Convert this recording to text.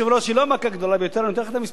אני נותן לך את המספרים: בתל-אביב 20,000,